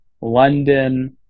London